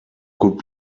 could